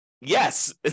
yes